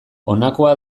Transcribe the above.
honakoa